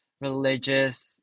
religious